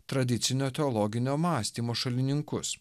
tradicinio teologinio mąstymo šalininkus